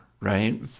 right